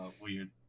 Weird